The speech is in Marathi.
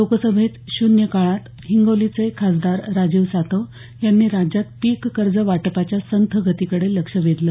लोकसभेत शून्य काळात हिंगोलीचे खासदार राजीव सातव यांनी राज्यात पीक कर्ज वाटपाच्या संथ गतीकडे लक्ष वेधलं